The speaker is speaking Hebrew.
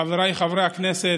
חבריי חברי הכנסת,